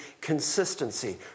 consistency